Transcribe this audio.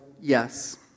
yes